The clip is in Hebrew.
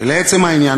לעצם העניין,